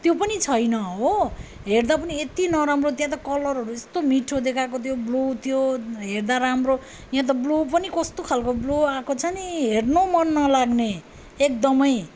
त्यो पनि छैन हो हेर्दा पनि यति नराम्रो त्यहाँ त कलरहरू यस्तो मिठो देखाएको थियो ब्लु थियो हेर्दा राम्रो यहाँ त ब्लु पनि कस्तो खाले ब्लु आएको छ नि हेर्नु मन नलाग्ने एकदमै